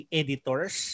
editors